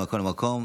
בכל מקום.